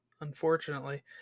unfortunately